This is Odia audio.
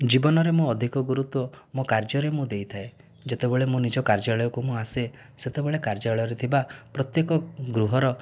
ଜୀବନରେ ମୁଁ ଅଧିକ ଗୁରୁତ୍ୱ ମୋ କାର୍ଯ୍ୟରେ ମୁଁ ଦେଇଥାଏ ଯେତେବେଳେ ମୋ ନିଜ କାର୍ଯ୍ୟାଳୟକୁ ମୁଁ ଆସେ ସେତେବେଳେ କାର୍ଯ୍ୟାଳୟରେ ଥିବା ପ୍ରତ୍ୟେକ ଗୃହର